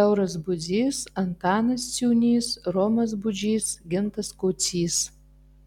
tauras budzys antanas ciūnys romas budžys gintas kocys